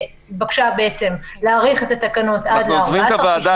שהתבקשה להאריך את התקנות עד ל-14 --- אנחנו עוזבים את הוועדה,